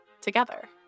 together